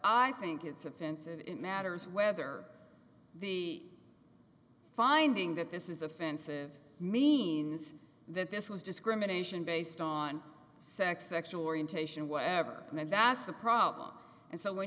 i think it's offensive it matters whether the finding that this is offensive means that this was discrimination based on sex sexual orientation whatever and that's the problem and so when